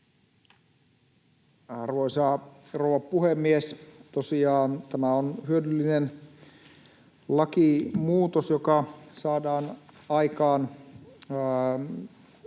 Arvoisa rouva puhemies! Tosiaan tämä on hyödyllinen lakimuutos, joka saadaan aikaan.